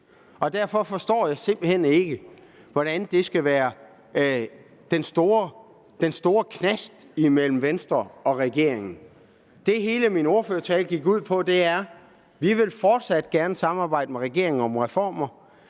Derfor forstår jeg simpelt hen ikke, at det skal være den store knast mellem Venstre og regeringen. Det, hele min ordførertale gik ud på, var, at vi fortsat gerne vil samarbejde med regeringen om reformer.